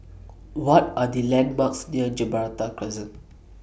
What Are The landmarks near Gibraltar Crescent